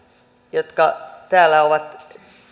jotka täällä ovat